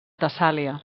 tessàlia